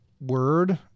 word